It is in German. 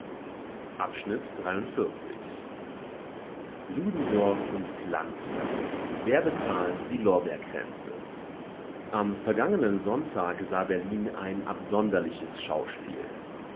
volks-zeitung ludendorff und klante wer bezahlt die lorbeerkränze am vergangenen sonntag sah berlin ein absonderliches schauspiel